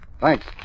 Thanks